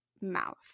mouth